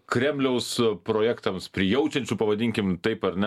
kremliaus projektams prijaučiančių pavadinkim taip ar ne